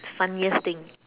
funniest thing